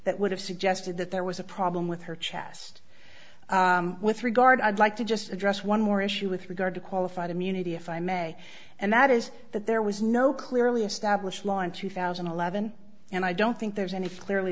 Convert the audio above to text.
would have suggested that there was a problem with her chest with regard i'd like to just address one more issue with regard to qualified immunity if i may and that is that there was no clearly established law in two thousand and eleven and i don't think there's any clearly